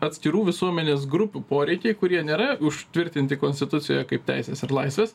atskirų visuomenės grupių poreikiai kurie nėra užtvirtinti konstitucijoje kaip teisės ir laisvės